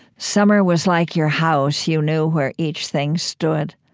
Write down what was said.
summer was like your house you know where each thing stood.